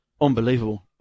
Unbelievable